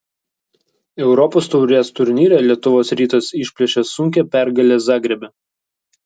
europos taurės turnyre lietuvos rytas išplėšė sunkią pergalę zagrebe